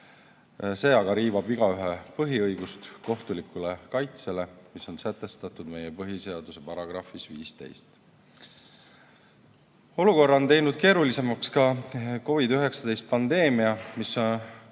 See aga riivab igaühe põhiõigust kohtulikule kaitsele, mis on sätestatud meie põhiseaduse §-s 15.Olukorra on teinud keerulisemaks ka COVID-19 pandeemia, mis on